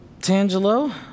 Tangelo